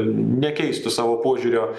nekeistų savo požiūrio